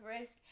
risk